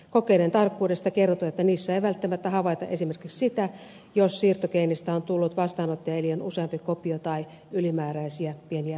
kokeiden tarkkuudesta kertoo että niissä ei välttämättä havaita esimerkiksi sitä jos siirtogeenistä on tullut vastaanottajaeliöön useampi kopio tai ylimääräisiä pieniä pätkiä